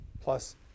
plus